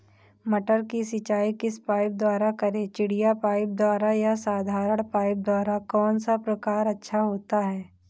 मटर की सिंचाई किस पाइप द्वारा करें चिड़िया पाइप द्वारा या साधारण पाइप द्वारा कौन सा प्रकार अच्छा होता है?